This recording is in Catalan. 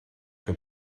que